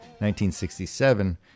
1967